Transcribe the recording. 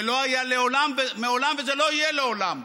זה לא היה מעולם וזה לא יהיה לעולם.